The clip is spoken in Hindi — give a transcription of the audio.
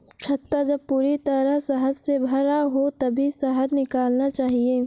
छत्ता जब पूरी तरह शहद से भरा हो तभी शहद निकालना चाहिए